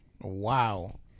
wow